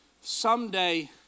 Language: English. Someday